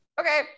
okay